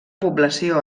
població